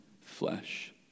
flesh